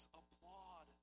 applaud